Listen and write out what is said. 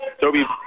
Toby